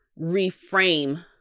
reframe